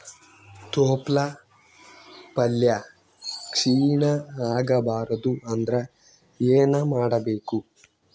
ತೊಪ್ಲಪಲ್ಯ ಕ್ಷೀಣ ಆಗಬಾರದು ಅಂದ್ರ ಏನ ಮಾಡಬೇಕು?